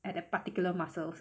at that particular muscles